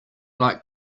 like